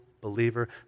believer